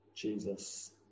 Jesus